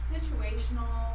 Situational